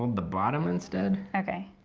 the bottom instead. okay.